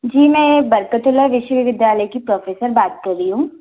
जी में बरकतुल्लाह विश्वविद्यालय की प्रोफ़ेसर बात कर रही हूँ